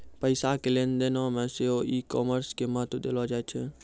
पैसा के लेन देनो मे सेहो ई कामर्स के महत्त्व देलो जाय छै